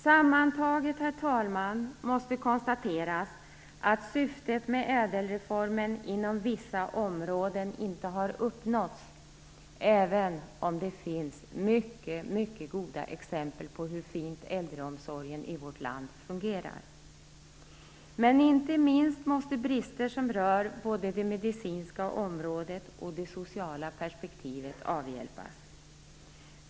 Sammantaget, herr talman, måste konstateras att syftet med ÄDEL-reformen inom vissa områden inte har uppnåtts, även om det finns mycket goda exempel på hur fint äldreomsorgen i vårt land fungerar. Men inte minst måste brister som rör både det medicinska området och det sociala perspektivet avhjälpas.